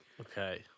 Okay